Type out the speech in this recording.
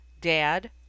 Dad